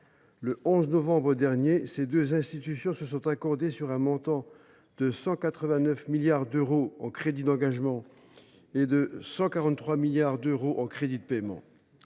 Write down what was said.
Le 11 novembre dernier, ces deux institutions se sont accordées sur un montant de 189 milliards d’euros en crédits d’engagement et de 143 milliards d’euros en crédits de paiement.